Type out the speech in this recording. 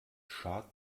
schad